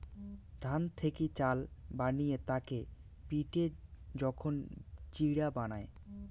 ধান থেকি চাল বানিয়ে তাকে পিটে যখন চিড়া বানায়